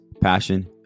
Passion